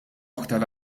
aktar